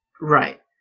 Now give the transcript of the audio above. Right